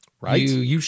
Right